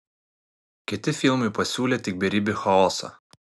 kiti filmai pasiūlė tik beribį chaosą